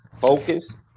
focus